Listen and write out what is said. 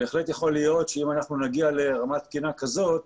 בהחלט יכול להיות שאם נגיע לרמת תקינה כזאת,